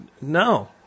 No